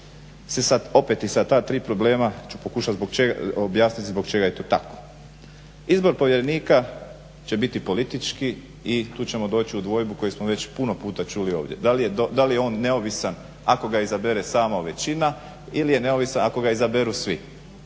se sad opet i sa ta tri problema ću pokušati objasniti zbog čega je to tako. Izbor povjerenika će biti politički i tu ćemo doći u dvojbu koju smo već puno puta čuli ovdje. Da li je on neovisan ako ga izabere samo većina ili je neovisan ako ga izaberu svi